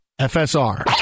FSR